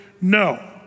No